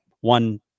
one